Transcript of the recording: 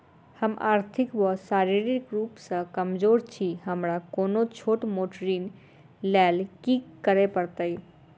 हम आर्थिक व शारीरिक रूप सँ कमजोर छी हमरा कोनों छोट मोट ऋण लैल की करै पड़तै?